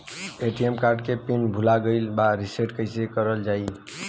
ATM card के PIN भूला गइल बा रीसेट कईसे करल जाला?